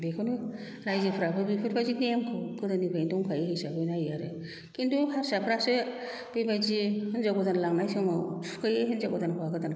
बेखौनो रायजोफ्राबो बेफोरबायदि नेमखौ गोदोनिफ्रायनो दंखायो हिसाबै नायो आरो खिन्थु हारसाफ्रासो बेबायदि हिन्जाव गोदान लांनाय समाव थुखैयो हिन्जाव गोदान हौवा गोदानखौ